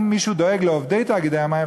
אם מישהו דואג לעובדי תאגידי המים,